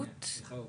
אני אחלק פה